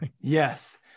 Yes